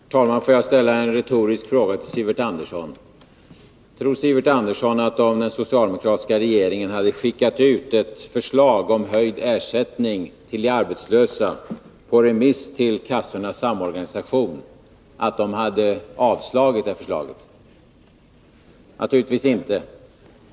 Herr talman! Får jag ställa en retorisk fråga till Sivert Andersson. Tror Sivert Andersson att kassornas samorganisation, om den på remiss från den socialdemokratiska regeringen hade fått ett förslag om höjd ersättning till de arbetslösa, hade avslagit detta förslag? Naturligtvis inte.